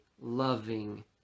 loving